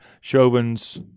Chauvin's